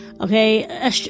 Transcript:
Okay